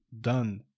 done